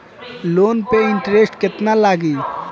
Loan पे interest केतना लागी?